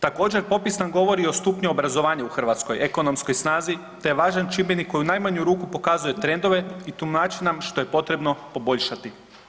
Također popis nam govori o stupnju obrazovanja u Hrvatskoj, ekonomskoj snazi, to je važan čimbenik koji u najmanju ruku pokazuje trendove i tumači nam što je potrebno poboljšati.